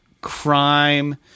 crime